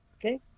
Okay